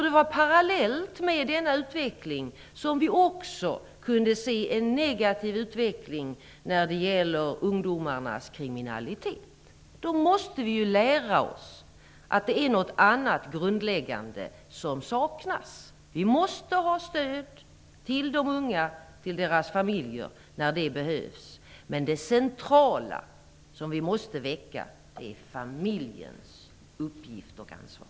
Det var parallellt med denna utveckling som vi också kunde se en negativ utveckling i fråga om ungdomarnas kriminalitet. Då måste vi ju lära oss att det är något annat grundläggande som saknas. Vi måste ge stöd till de unga och till deras familjer, när det behövs, men det centrala, som vi måste väcka, är familjens uppgift och ansvar.